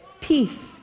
Peace